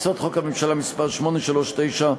הצעות חוק הממשלה מס' 839,